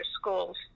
schools